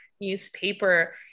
newspaper